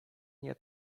nie